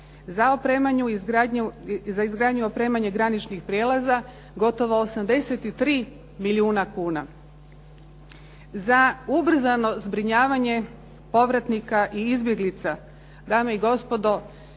i izgradnju graničnih prijelaza gotovo 83 milijuna kuna. Za ubrzano zbrinjavanje povratnika i izbjeglica, dame i gospodo